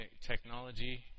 technology